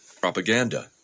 Propaganda